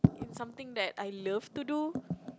in something that I love to do